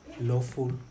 lawful